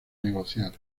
negociar